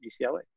UCLA